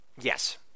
Yes